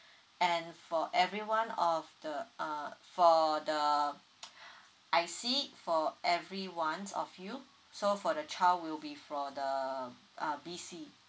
and for everyone of the uh for the I_C for everyone of you so for the child will be for the uh B_C